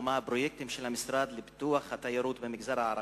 או מה הפרויקטים של המשרד לפיתוח התיירות במגזר הערבי?